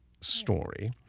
story